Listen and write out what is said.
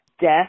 death